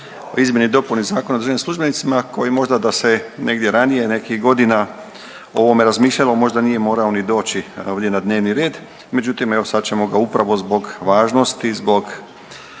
izmjeni i dopuni Zakona o državnim službenicima koji možda da se negdje ranije nekih godina o ovome razmišljalo možda nije morao ni doći ovdje na dnevni red. Međutim, evo sad ćemo ga upravo zbog važnosti, zbog